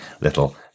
little